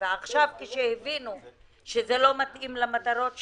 ועכשיו, כשהבינו שזה לא מתאים למטרות שלהם,